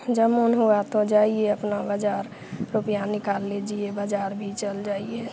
जब मन हुआ तो जाइए अपना बाज़ार रुपया निकाल लीजिए बाज़ार भी चल जाइए